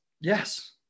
Yes